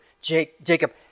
Jacob